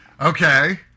Okay